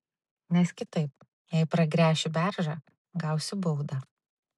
nes kitaip jei pragręšiu beržą gausiu baudą